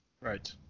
right